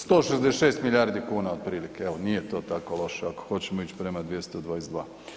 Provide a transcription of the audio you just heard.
166 milijardi kuna otprilike evo nije to tako loše ako hoćemo ići prema 222.